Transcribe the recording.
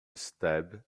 stab